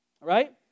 right